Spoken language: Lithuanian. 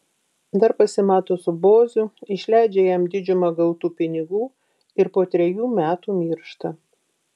dar pasimato su boziu išleidžia jam didžiumą gautų pinigų ir po trejų metų miršta